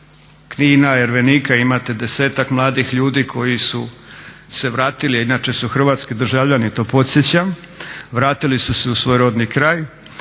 Knina, Ervenika imate desetak mladih ljudi koji su se vratili a inače su hrvatski državljani, to podsjećam, vratili su se u svoj rodni kraj,